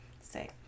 say